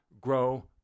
grow